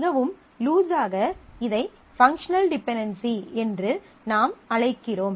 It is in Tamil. மிகவும் லூஸ் ஆக இதை பங்க்ஷனல் டிபென்டென்சி என்று நாம் அழைக்கிறோம்